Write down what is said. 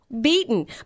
Beaten